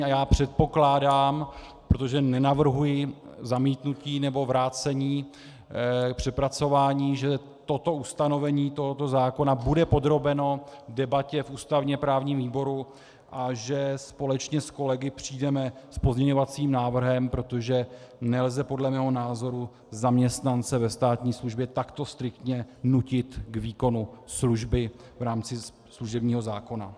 A já předpokládám, protože nenavrhuji zamítnutí nebo vrácení k přepracování, že toto ustanovení tohoto zákona bude podrobeno debatě v ústavněprávním výboru a že společně s kolegy přijdeme s pozměňovacím návrhem, protože nelze podle mého názoru zaměstnance ve státní službě takto striktně nutit k výkonu služby v rámci služebního zákona.